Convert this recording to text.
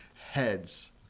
heads